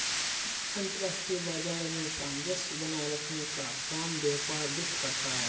अंतर्राष्ट्रीय बाजार में सामंजस्य बनाये रखने का काम व्यापार वित्त करता है